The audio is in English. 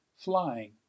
flying